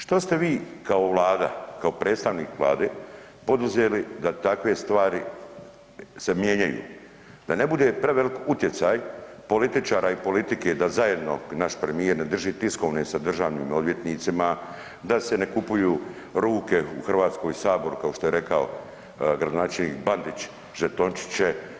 Što ste vi kao Vlada, kao predstavnik Vlade poduzeli da takve stvari se mijenjaju, da ne bude prevelik utjecaj političara i politike da zajedno naš premijer ne drži tiskovne sa državnim odvjetnicima, da se ne kupuju ruke u Hrvatskom saboru kao što je rekao gradonačelnik Bandić žetončiće.